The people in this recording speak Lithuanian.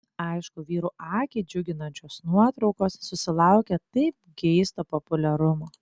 aišku vyrų akį džiuginančios nuotraukos susilaukia taip geisto populiarumo